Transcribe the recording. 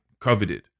coveted